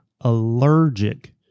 allergic